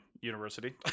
university